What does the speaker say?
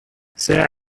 ساعدني